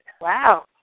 Wow